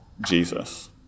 Jesus